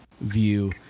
view